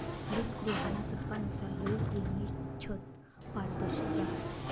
हरितगृहाना तत्वानुसार हरितगृहनी छत पारदर्शक रहास